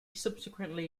subsequently